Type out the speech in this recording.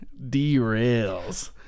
derails